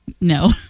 No